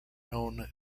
known